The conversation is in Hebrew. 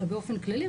אלא באופן כללי,